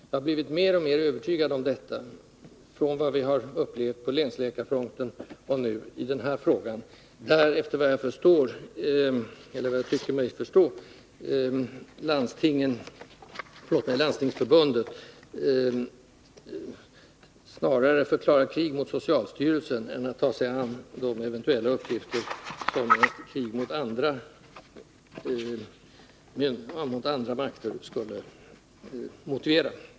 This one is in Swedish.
Jag har blivit mer och mer övertygad om det, från vad jag har upplevt på länsläkarfronten och till den här frågan nu, där efter vad jag tycker mig förstå Landstingsförbundet snarare förklarar krig mot socialstyrelsen än tar sig an de uppgifter som krig mot andra makter kunde motivera.